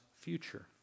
future